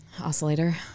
Oscillator